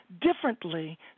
differently